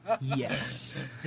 Yes